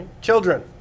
children